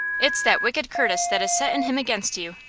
it's that wicked curtis that is settin' him against you,